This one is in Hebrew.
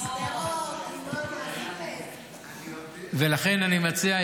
שדרות --- ולכן אני מציע,